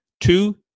two